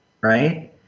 Right